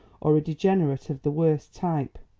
or a degenerate of the worst type.